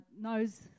knows